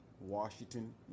Washington